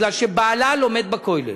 כי בעלה לומד בכולל.